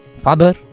Father